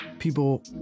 people